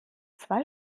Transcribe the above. zwei